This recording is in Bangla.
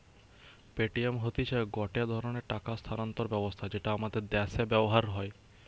পেটিএম হতিছে গটে ধরণের টাকা স্থানান্তর ব্যবস্থা যেটা আমাদের দ্যাশে ব্যবহার হয়